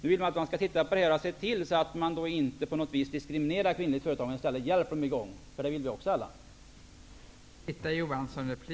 Nu vill man att detta skall ses över så att de kvinnliga företagarna inte diskrimineras utan i stället får hjälp med att sätta i gång. Det vill vi alla.